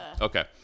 Okay